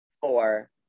four